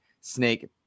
Snake